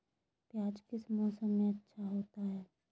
प्याज किस मौसम में अच्छा होता है?